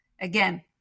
again